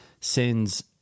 sends